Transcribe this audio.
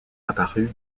apparue